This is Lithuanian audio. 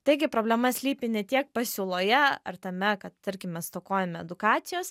taigi problema slypi ne tiek pasiūloje ar tame kad tarkime stokojame edukacijos